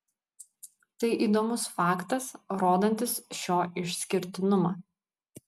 tai įdomus faktas rodantis šio išskirtinumą